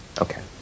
Okay